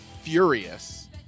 furious